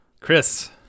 Chris